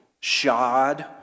shod